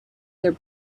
their